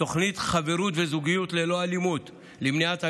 תוכנית "חברות וזוגיות ללא אלימות" בבתי